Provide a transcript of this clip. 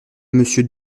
monsieur